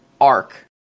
arc